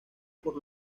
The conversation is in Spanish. por